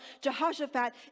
Jehoshaphat